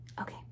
Okay